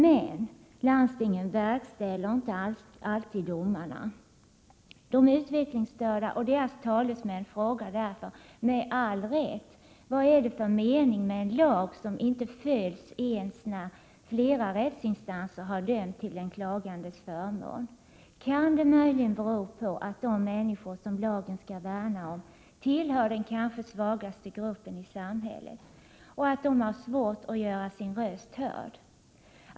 Men landstinget verkställer inte alltid domarna. De utvecklingsstörda och deras talesmän frågar därför — med all rätt — vad det är för mening med en lag som inte följs ens när flera rättsinstanser har dömt till den klagandes förmån. Kan det möjligen bero på att de människor som lagen skall värna om tillhör den kanske svagaste gruppen i samhället och att de har svårt att göra sina röster hörda?